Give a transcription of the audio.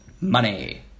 Money